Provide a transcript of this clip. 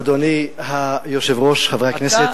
אדוני היושב-ראש, חברי הכנסת,